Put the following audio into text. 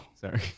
Sorry